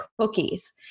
cookies